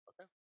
okay